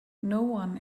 noone